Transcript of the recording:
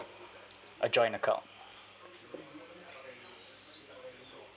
a joint account